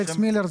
אלכס מילר,